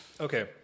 Okay